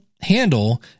handle